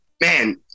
man